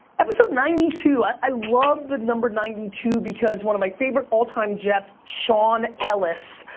episode ninety two i love the number ninety two because one of my favorite all-time jets, shaun ellis,